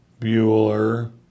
Bueller